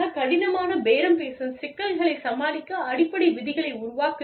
கடினமான பேரம் பேசும் சிக்கல்களைச் சமாளிக்க அடிப்படை விதிகளை உருவாக்குதல்